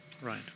Right